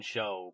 Show